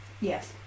Yes